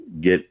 get